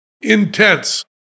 Intense